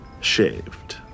shaved